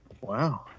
Wow